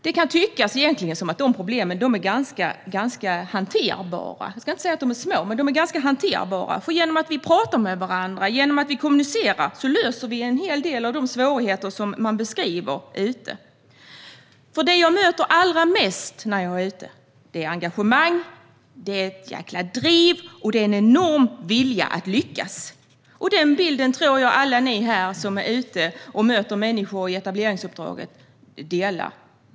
Det kan egentligen tyckas som att problemen är ganska hanterbara. Jag ska inte säga att de är små, men de är ganska hanterbara. Genom att vi talar med varandra och kommunicerar löser vi en hel del av de svårigheter som man beskriver ute. Det jag möter allra mest när jag är ute är ett engagemang, ett jäkla driv och en enorm vilja att lyckas. Den bilden tror jag att alla ni här som är ute och möter människor i etableringsuppdraget delar.